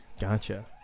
Gotcha